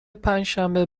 پنجشنبه